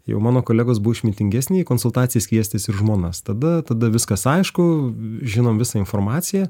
jau mano kolegos buvo išmintingesni į konsultacijas kviestis ir žmonas tada tada viskas aišku žinom visą informaciją